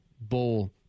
bowl